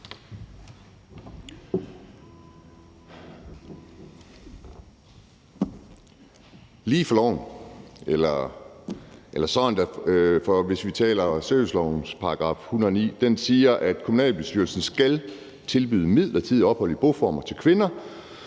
lige for loven – eller sådan da. For hvis vi taler om servicelovens § 109, siger den, at kommunalbestyrelsen skal tilbyde midlertidigt ophold i boformer til kvinder,